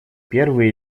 первый